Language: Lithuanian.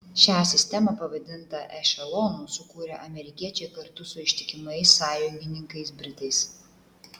šią sistemą pavadintą ešelonu sukūrė amerikiečiai kartu su ištikimais sąjungininkais britais